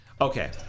Okay